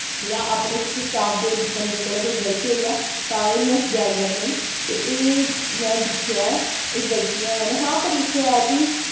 जां अपने किसी स्टाफ दे बंदे कोला कोई गलती होई जा तां ऐ न'स्सदे आई जंदे न ते एह् में दिक्खेआ ऐ एह् गलतियां हैन हां पर इक है कि